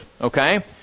okay